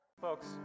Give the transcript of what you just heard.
Folks